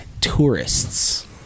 tourists